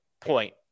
point